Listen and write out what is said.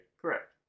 Correct